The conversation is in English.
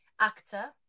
actor